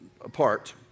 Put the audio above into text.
apart